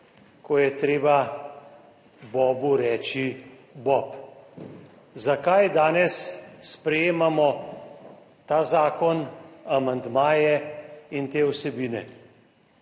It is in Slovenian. ko je treba bobu reči bob. Zakaj danes sprejemamo ta zakon, amandmaje in te vsebine?